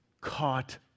caught